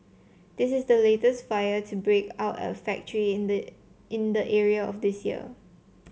this is the latest fire to break out at a factory in the in the area this year